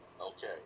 Okay